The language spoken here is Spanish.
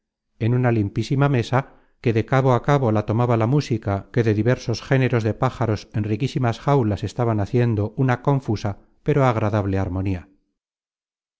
en una limpísima mesa que de cabo a cabo la tomaba la música que de diversos géneros de pájaros en ri quísimas jaulas estaban haciendo una confusa pero agradable armonía